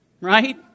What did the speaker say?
Right